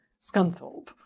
Scunthorpe